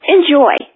Enjoy